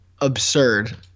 absurd